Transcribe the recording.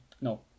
no